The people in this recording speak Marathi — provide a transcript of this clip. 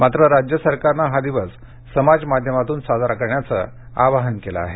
मात्र राज्य सरकारनं हा दिवस समाज माध्यमातून साजरा करण्याचं आवाहन केलं आहे